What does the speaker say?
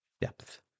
depth